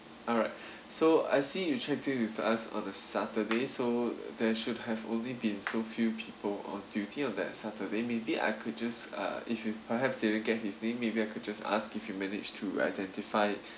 alright so I see you checked in with us on the saturday so there should have only been so few people on duty on that saturday maybe I could just uh if you perhaps maybe get his name maybe I could just ask if you managed to identify